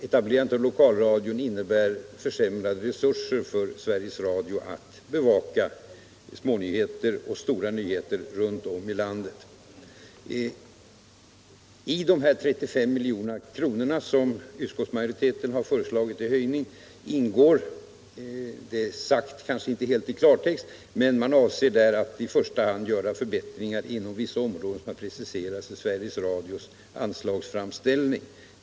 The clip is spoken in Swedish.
Etablerandet av lokalradion innebär försämrade resurser för Sveriges Radio att bevaka stora och små nyheter runt om i landet. I de 35 milj.kr., som utskottsmajoriteten har föreslagit i höjning, ingår — det är kanske inte sagt helt i klartext — förbättringar inom vissa områden som har preciserats i Sveriges Radios anslagsframställning.